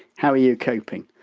how are you coping?